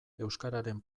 euskararen